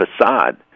facade